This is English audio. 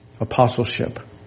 apostleship